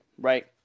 right